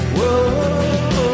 Whoa